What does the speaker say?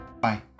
Bye